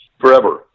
Forever